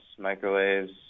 microwaves